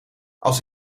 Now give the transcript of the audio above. als